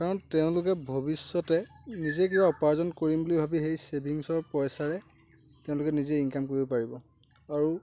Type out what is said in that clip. কাৰণ তেওঁলোকে ভৱিষ্য়তে নিজে কিবা উপাৰ্জন কৰিম বুলি ভাবি সেই চেভিংচৰ পইচাৰে তেওঁলোকে নিজে ইনকাম কৰিব পাৰিব আৰু